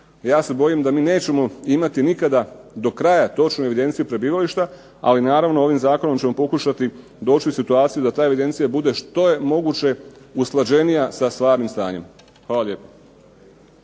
ja se bojim da mi nećemo imati nikada do kraja točnu evidenciju prebivališta. Ali naravno, ovim zakonom ćemo pokušati doći u situaciju da ta evidencija bude što je moguće usklađenija sa stvarnim stanjem. Hvala lijepa.